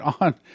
on